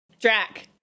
Drac